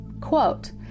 quote